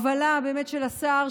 באמת בהובלה של השר,